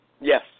Yes